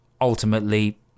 ultimately